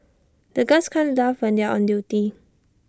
the guards can't laugh when they are on duty